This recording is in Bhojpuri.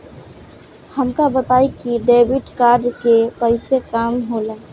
हमका बताई कि डेबिट कार्ड से कईसे काम होला?